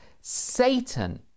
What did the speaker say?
Satan